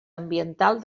ambiental